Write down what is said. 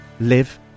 live